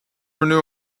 renew